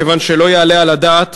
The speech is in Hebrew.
כיוון שלא יעלה על הדעת,